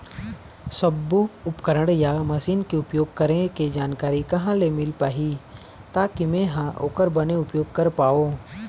सब्बो उपकरण या मशीन के उपयोग करें के जानकारी कहा ले मील पाही ताकि मे हा ओकर बने उपयोग कर पाओ?